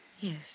Yes